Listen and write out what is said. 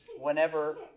whenever